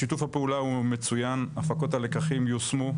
שיתוף הפעולה הוא מצוין, הפקות הלקחים יושמו.